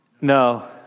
No